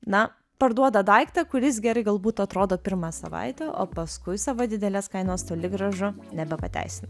na parduoda daiktą kuris gerai galbūt atrodo pirmą savaitę o paskui savo didelės kainos toli gražu nebepateisina